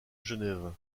genève